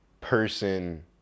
person